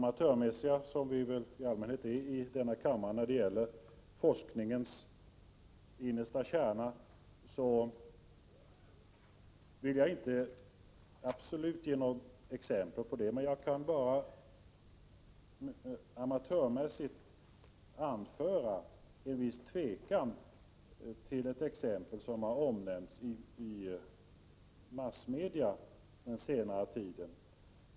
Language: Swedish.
Vi är väl i denna kammare amatörmässiga när det gäller forskningens innersta kärna, och jag vill därför absolut inte ge något exempel. Helt amatörmässigt kan jag medge att jag hyser en viss tvekan inför ett exempel som har omnämnts i massmedia under den senaste tiden.